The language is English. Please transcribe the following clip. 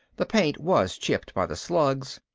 the paint was chipped by the slugs,